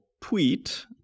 tweet